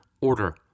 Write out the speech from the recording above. order